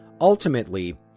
Ultimately